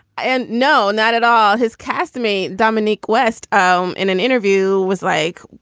and. no, not at all his cast, me, dominic west, um in an interview was like,